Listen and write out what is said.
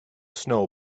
snow